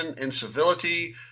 incivility